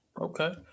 Okay